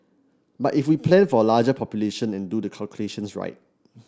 but if we plan for a larger population and do the calculations right